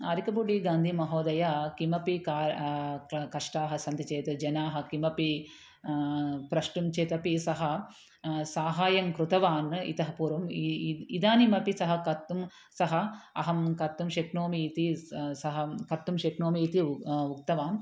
अरेकपूडिगान्धिमहोदयः किमपि का क कष्टाः सन्ति चेत् जनाः किमपि प्रष्टुं चेतपि सः साहायं कृतवान् इतः पूर्वम् इ इ इदानीमपि सः कर्तुं सः अहं कर्तुं शक्नोमि इति सः सः कर्तुं शक्नोमि इति उक्तवान्